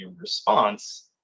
response